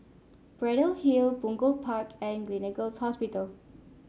Braddell Hill Punggol Park and Gleneagles Hospital